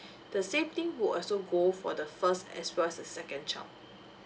the same thing would also go for the first as well as the second child